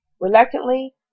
Reluctantly